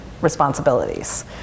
responsibilities